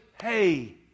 Hey